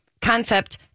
concept